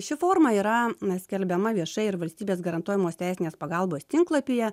ši forma yra skelbiama viešai ir valstybės garantuojamos teisinės pagalbos tinklapyje